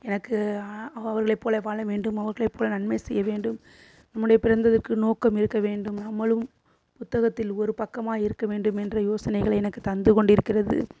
எனக்கு அவர்களைப் போல வாழ வேண்டும் அவர்களைப் போல நன்மை செய்ய வேண்டும் நம்முடைய பிறந்ததிற்கு நோக்கம் இருக்க வேண்டும் நம்மளும் புத்தகத்தில் ஒரு பக்கமாய் இருக்க வேண்டுமென்ற யோசனைகளை எனக்கு தந்து கொண்டு இருக்கிறது